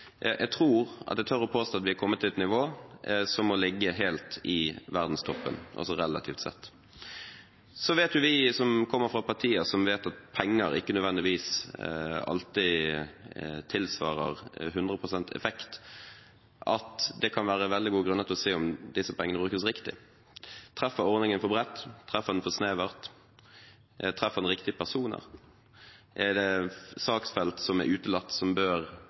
Jeg tror – og jeg tør påstå – at vi er kommet til et nivå som må ligge helt i verdenstoppen, relativt sett. Så vet jo vi som kommer fra partier som vet at penger ikke nødvendigvis alltid tilsvarer 100 pst. effekt, at det kan være veldig gode grunner til å se på om disse pengene brukes riktig. Treffer ordningen for bredt? Treffer den for snevert? Treffer den riktige personer? Er det saksfelt som er utelatt som bør